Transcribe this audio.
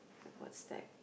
what's like